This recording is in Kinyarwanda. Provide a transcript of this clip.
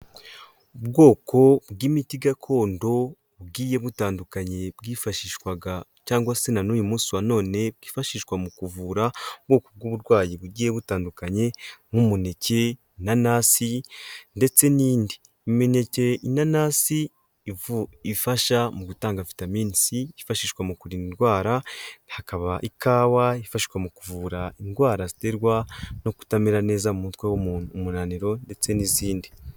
Ubwoko bw'imiti gakondo bugiye butandukanye bwifashishwaga cyangwa se n'uyu munsi wa none bwifashishwa mu kuvura ubwoko bw'uburwayi bugiye butandukanye, nk'umuneke, inanasi ndetse n'indi. Imineke, inanasi ifasha mu gutanga vitamin si yifashishwa mu kuri indwara, hakaba ikawa ifashwawe mu kuvura indwara ziterwa no kutamera neza mu mutwe, umunaniro ndetse n'izindi.